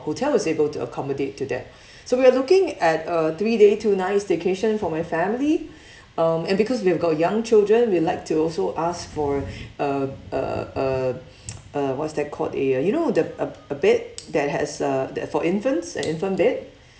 hotel is able to accommodate to that so we're looking at a three day two nights staycation for my family um and because we have got young children we'll like to also ask for uh uh uh uh what's that called a uh you know the a a bed that has uh that for infants an infant bed